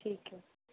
ਠੀਕ ਹੈ